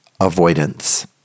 avoidance